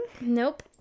Nope